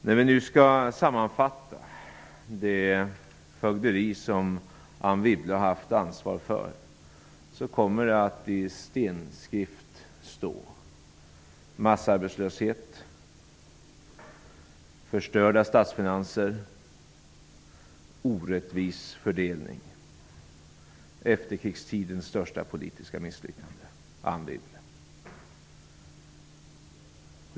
När vi nu skall sammanfatta det fögderi som Anne Wibble har haft ansvar för kommer det att i stenskrift stå: massarbetslöshet, förstörda statsfinanser, orättvis fördelning, efterkrigstidens största politiska misslyckande, Anne Wibble.